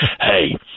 Hey